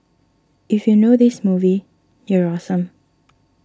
if you know this movie you're awesome